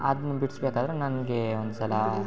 ಅದ್ನ ಬಿಡ್ಸ್ಬೇಕಾದ್ರೆ ನನಗೆ ಒಂದು ಸಲ